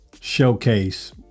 showcase